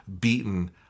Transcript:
beaten